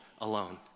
alone